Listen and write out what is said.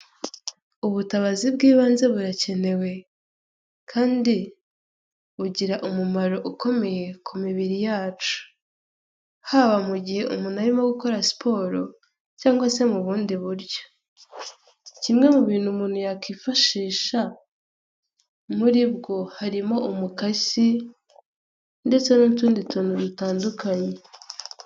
Ubutabazi bw'ibanze burakenewe kandi bugira umumaro ukomeye ku mibiri yacu, haba mu gihe umuntu arimo gukora siporo cyangwa se mu bundi buryo, kimwe mu bintu umuntu yakwifashisha muri bwo harimo umukasi ndetse n'utundi tuntu dutandukanye.